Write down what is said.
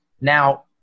Now